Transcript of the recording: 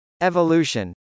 Evolution